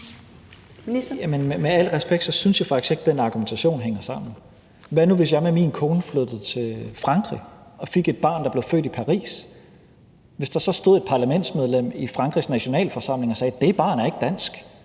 Tesfaye): Med al respekt synes jeg faktisk ikke, den argumentation hænger sammen. Hvad nu, hvis jeg med min kone flyttede til Frankrig og fik et barn, der blev født i Paris? Hvis der så stod et parlamentsmedlem i Frankrigs nationalforsamling og sagde, at det barn ikke er dansk,